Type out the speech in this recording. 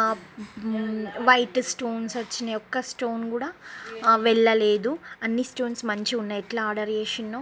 ఆ white stones వచ్చాయి ఒక్క స్టోన్ కూడా ఆ వెళ్ళలేదు అన్ని స్టోన్స్ మంచిగా ఉన్నాయి ఎట్లా ఆర్డర్ చేసానో